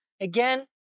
Again